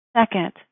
Second